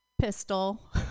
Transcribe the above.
pistol